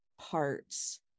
parts